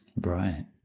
Right